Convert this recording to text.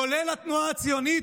כולל התנועה הציונית,